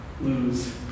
lose